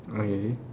okay